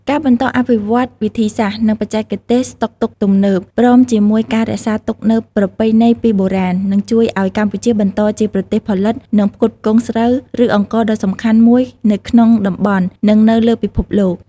ការបន្តអភិវឌ្ឍវិធីសាស្ត្រ និងបច្ចេកទេសស្តុកទុកទំនើប ព្រមជាមួយការរក្សាទុកនូវប្រពៃណីពីបុរាណ នឹងជួយឲ្យកម្ពុជាបន្តជាប្រទេសផលិត និងផ្គត់ផ្គង់ស្រូវ ឬអង្ករដ៏សំខាន់មួយនៅក្នុងតំបន់ និងនៅលើពិភពលោក។